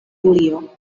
julio